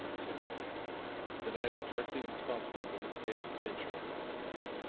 said he that i was directly responsible for miss vale's adventure of last night